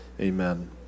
Amen